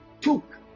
took